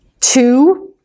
two